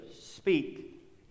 speak